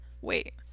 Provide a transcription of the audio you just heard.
Wait